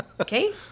Okay